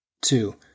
Two